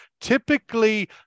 typically